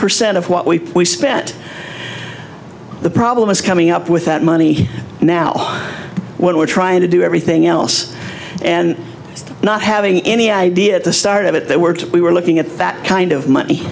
percent of what we spent the problem is coming up with that money now when we're trying to do everything else and not having any idea at the start of it there were we were looking at that kind of money